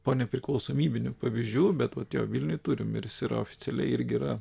po nepriklausomybinių pavyzdžių bet vat jo vilniuj turim ir jis oficialiai irgi yra